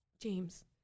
James